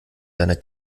deiner